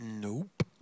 Nope